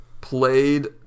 played